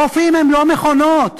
רופאים הם לא מכונות.